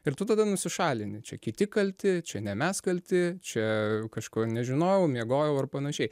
ir tu tada nusišalini čia kiti kalti čia ne mes kalti čia kažko nežinojau miegojau ar panašiai